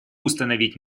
установить